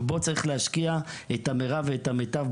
ובו צריך להשקיע את המרב ואת המיטב,